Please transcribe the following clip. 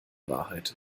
wahrheit